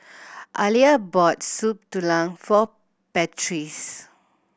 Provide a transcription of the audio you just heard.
Aliya bought Soup Tulang for